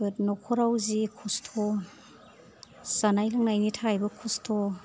बोत न'खराव जि खस्थ' जानाय लोंनायनि थाखायबो खस्थ'